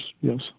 yes